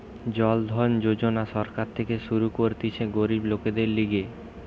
জন ধন যোজনা সরকার থেকে শুরু করতিছে গরিব লোকদের লিগে